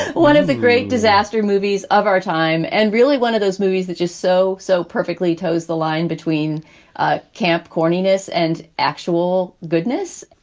one of the great disaster movies of our time and really one of those movies that just so, so perfectly tows the line between ah camp corniness and actual goodness,